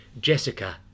Jessica